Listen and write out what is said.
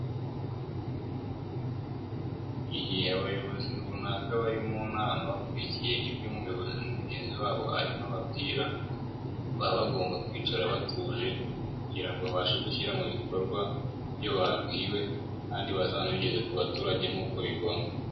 Igihe abayobozi runaka bari mu nama bakurikiye ibyo umuyobozi mugenzi wabo arimo ababwira, baba bagomba kwicara batuje kugira ngo babashe gushyira mu bikorwa ibyo babwiwe kandi bazanabigeza ku baturage nk'uko bigomba.